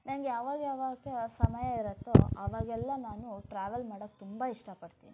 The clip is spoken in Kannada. ನಂಗೆ ಯಾವಾಗ ಯಾವಾಗ ಸಮಯ ಇರುತ್ತೋ ಅವಾಗೆಲ್ಲ ನಾನು ಟ್ರಾವೆಲ್ ಮಾಡಕ್ಕೆ ತುಂಬ ಇಷ್ಟಪಡ್ತೀನಿ